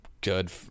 good